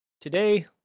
Today